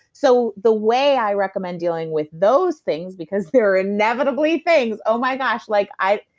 so the way i recommend dealing with those things. because there are inevitably things. oh my gosh, like i.